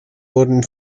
wurde